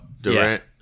Durant